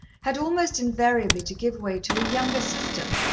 had almost invariably to give way to a younger sister,